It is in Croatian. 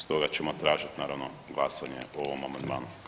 Stoga ćemo tražiti naravno glasanje o ovom amandmanu.